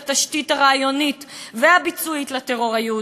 התשתית הרעיונית והביצועית לטרור היהודי,